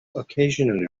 occasionally